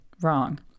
wrong